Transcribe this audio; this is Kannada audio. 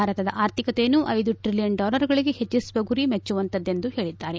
ಭಾರತದ ಆರ್ಥಿಕತೆಯನ್ನು ಐದು ಟ್ರಿಲಿಯನ್ ಡಾಲರ್ಗಳಿಗೆ ಹೆಚ್ವಿಸುವ ಗುರಿ ಮೆಚ್ಚುವಂತಹದ್ದು ಎಂದು ಹೇಳಿದ್ದಾರೆ